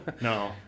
no